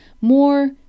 more